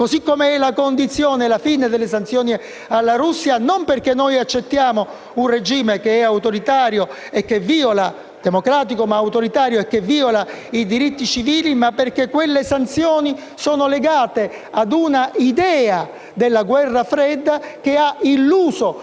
(democratico, ma autoritario) e che viola i diritti civili, ma perché quelle sanzioni sono legate a un'idea della guerra fredda che ha illuso i Paesi dell'Est Europa (spostandoli tra l'altro tutti a destra, tanto che oggi rappresentano un pericolo per la stessa Unione) che